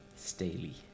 staley